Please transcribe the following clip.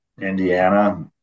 Indiana